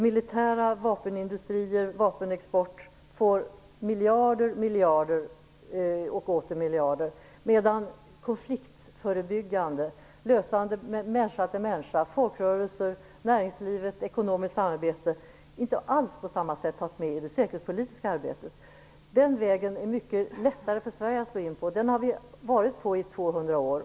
Militära vapenindustrier och vapenexport får miljarder och åter miljarder, medan konfliktförebyggande åtgärder, lösningar människa till människa, folkrörelser, näringsliv och ekonomiskt samarbete inte alls tas med på samma sätt i det säkerhetspolitiska arbetet. Den vägen är mycket lättare för Sverige att slå in på. Den har vi följt i 200 år.